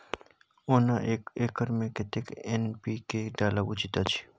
ओना एक एकर मे कतेक एन.पी.के डालब उचित अछि?